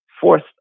fourth